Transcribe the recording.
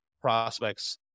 prospects